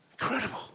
incredible